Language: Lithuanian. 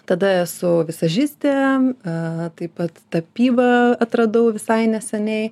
tada esu vizažistė taip pat tapybą atradau visai neseniai